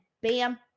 bam